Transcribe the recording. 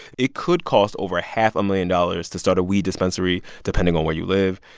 it could cost over a half a million dollars to start a weed dispensary depending on where you live.